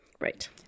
Right